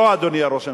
לא, אדוני ראש הממשלה,